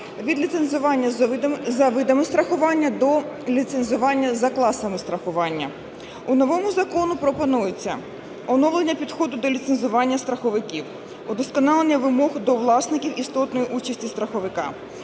від ліцензування за видами страхування до ліцензування за класами страхування. У новому законі пропонується оновлення підходу до ліцензування страховиків; удосконалення вимог до власників істотної участі страховика;